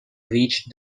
reach